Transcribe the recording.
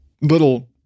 little